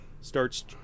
starts